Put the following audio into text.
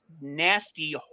nasty